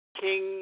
King